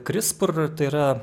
krispr tai yra